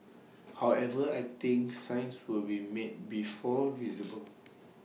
however I think signs would be made before visible